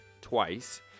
twice